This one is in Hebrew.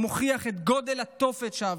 המוכיח את גודל התופת שעברו.